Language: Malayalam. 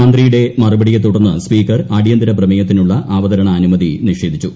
മന്ത്രിയുടെ മറുപടിയെ തുടർന്ന് സ്പീക്കർ അടിയന്തരപ്രമേയത്തിനുള്ള അവതരണാനുമതി നിഷേധിച്ചു